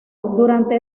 durante